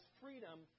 freedom